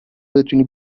بتونی